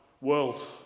world